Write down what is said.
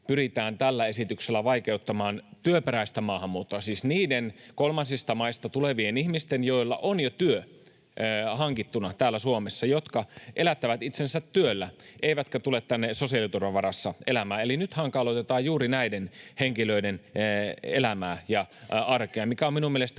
nimenomaan vaikeuttamaan työperäistä maahanmuuttoa, siis niiden kolmansista maista tulevien ihmisten, joilla on jo työ hankittuna täällä Suomessa, jotka elättävät itsensä työllä eivätkä tule tänne sosiaaliturvan varassa elämään. Eli nyt hankaloitetaan juuri näiden henkilöiden elämää ja arkea, mikä on minun mielestäni